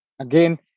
again